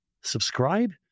Subscribe